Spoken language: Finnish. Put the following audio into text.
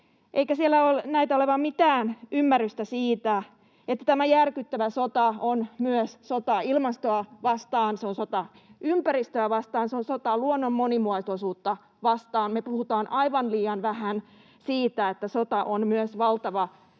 eikä siellä näytä olevaa mitään ymmärrystä siitä, että tämä järkyttävä sota on myös sota ilmastoa vastaan, se on sota ympäristöä vastaan, se on sota luonnon monimuotoisuutta vastaan. Me puhumme aivan liian vähän siitä, että sota on myös valtava